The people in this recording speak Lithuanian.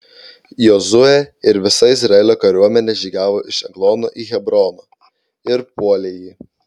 jozuė ir visa izraelio kariuomenė žygiavo iš eglono į hebroną ir puolė jį